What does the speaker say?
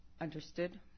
understood